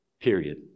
period